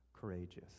courageous